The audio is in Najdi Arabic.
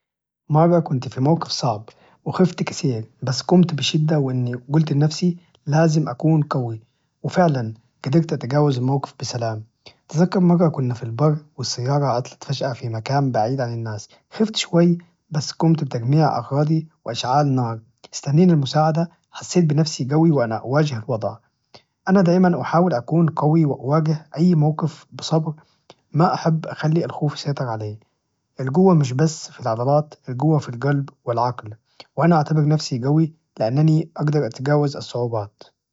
مرة كنت في موقف صعب وخفت كثير، بس قمت بشدة وإني قلت لنفسي لازم أكون قوي وفعلاً جدرت أتجاوز الموقف بسلام، تذكر مرة كنا في البر والسيارة عطلت فجأة في مكان بعيد عن الناس خفت شوي بس قمت بتجميع أغراضي وإشعال نار استنينا المساعدة حسيت بنفسي قوي وأنا أواجه الوضع، أنا دائماً أحاول أكون قوي وأواجه أي موقف بصبر ما أحب أخلي الخوف يسيطر علي، الجوة ليست فقط في العضلات، الجوة في القلب والعجل، وأنا أعتبر نفسي جوي لأنني أجدر أتجاوز الصعوبات.